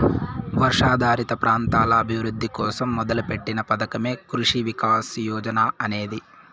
వర్షాధారిత ప్రాంతాల అభివృద్ధి కోసం మొదలుపెట్టిన పథకమే కృషి వికాస్ యోజన అనేది